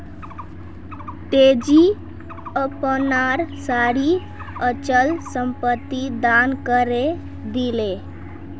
तेजी अपनार सारी अचल संपत्ति दान करे दिले